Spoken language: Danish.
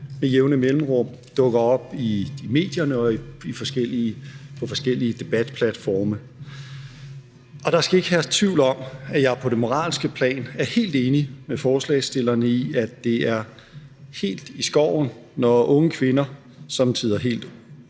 med jævne mellemrum dukker op i medierne og på forskellige debatplatforme. Der skal ikke herske tvivl om, at jeg på det moralske plan er helt enig med forslagsstillerne i, at det er helt i skoven, når unge kvinder, somme tider helt